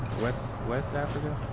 west africa?